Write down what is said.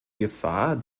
gefahr